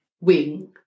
wing